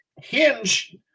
hinge